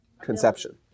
conception